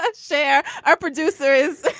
ah share. our producer is